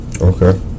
Okay